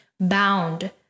bound